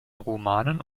romanen